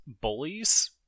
bullies